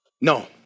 No